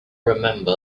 remember